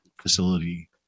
facility